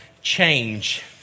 change